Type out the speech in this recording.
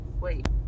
wait